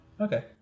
Okay